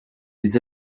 des